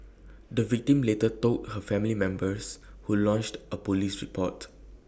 the victim later told her family members who lodged A Police report